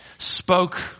spoke